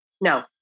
No